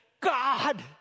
God